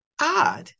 Odd